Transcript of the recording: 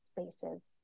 spaces